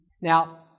Now